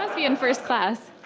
um be in first class.